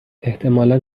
احتمالا